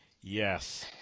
Yes